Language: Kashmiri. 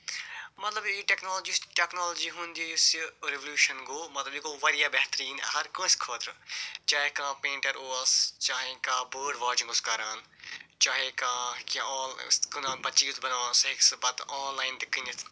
مطلب یہِ ٹیکنالوجی ٹیکنالوجی ہُنٛد یہِ یُس یہِ ریولوٗشن گوٚو مطلب یہِ گوٚو وارِیاہ بہتریٖن ہر کٲنٛسہِ خٲطرٕ چاہیے کانٛہہ پیٚنٛٹر اوس چاہیے کانٛہہ بٲرڈ واچنٛگٕس اوس کَران چاہیے کانٛہہ کیٚنٛہہ آل کٕنان پتہٕ چیٖز بناوان سُہ ہٮ۪کہِ سُہ پتہٕ آن لایَن تہِ کٕنِتھ